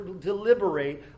deliberate